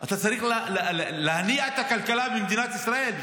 אתה צריך להניע את הכלכלה במדינת ישראל,